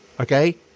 Okay